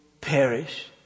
perish